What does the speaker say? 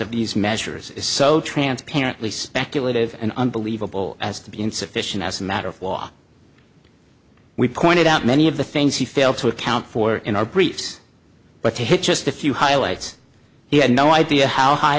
of these measures is so transparently speculative and unbelievable as to be insufficient as a matter of law we pointed out many of the things he failed to account for in our briefs but to hit just a few highlights he had no idea how high